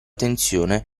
tensione